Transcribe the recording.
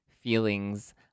feelings